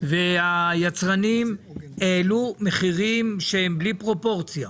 והיצרנים העלו מחירים בלי פרופורציה.